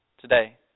today